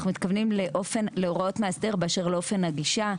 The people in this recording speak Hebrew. אנחנו מתכוונים להוראות המאסדר באשר לאופן הגישה.